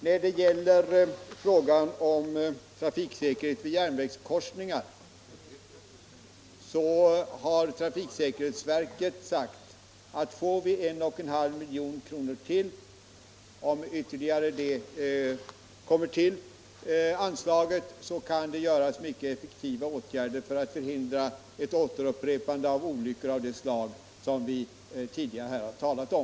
När det gäller frågan om trafiksäkerhet vid järnvägskorsningar har tra fiksäkerhetsverket sagt att om ytterligare 1,5 milj.kr. läggs till anslaget kan mycket effektiva åtgärder vidtas för att hindra ett återupprepande av olyckor av det slag vi tidigare talat om.